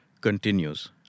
continues